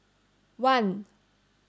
one